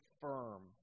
firm